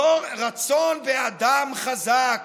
רצון באדם חזק,